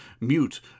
mute